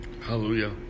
Hallelujah